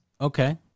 Okay